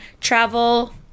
travel